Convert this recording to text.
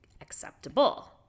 acceptable